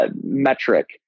metric